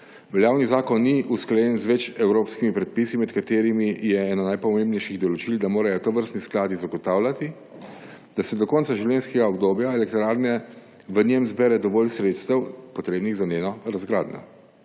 Veljavni zakon ni usklajen z več evropskimi predpisi, med katerimi je eno najpomembnejših določil, da mora tovrstni sklad zagotavljati, da se do konca življenjskega obdobja elektrarne v njem zbere dovolj sredstev, potrebnih za njeno razgradnjo.